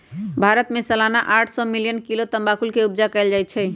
भारत में सलाना आठ सौ मिलियन किलो तमाकुल के उपजा कएल जाइ छै